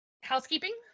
housekeeping